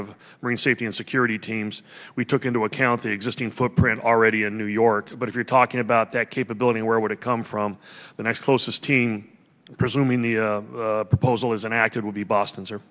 of marine safety and security teams we took into account the existing footprint already in new york but if you're talking about that capability where would it come from the next closest team presuming the proposal as an act of will be boston's or